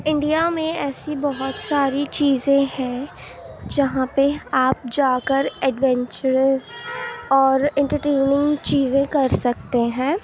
India میں ایسی بہت ساری چیزیں ہیں جہاں پہ آپ جا کر ایڈونچررس اور انٹرٹیننگ چیزیں کر سکتے ہیں